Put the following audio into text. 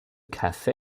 cafe